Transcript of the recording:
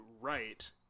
right